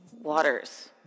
waters